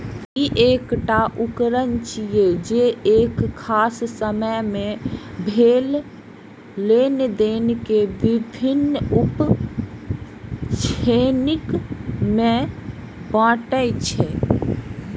ई एकटा उकरण छियै, जे एक खास समय मे भेल लेनेदेन विभिन्न उप श्रेणी मे बांटै छै